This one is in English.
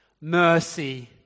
mercy